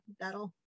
that'll